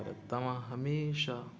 त तव्हां हमेशह